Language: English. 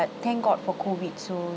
thank god for COVID so